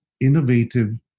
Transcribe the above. innovative